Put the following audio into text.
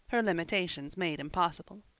her limitations made impossible.